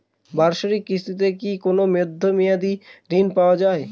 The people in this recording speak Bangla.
বাৎসরিক কিস্তিতে কি কোন মধ্যমেয়াদি ঋণ পাওয়া যায়?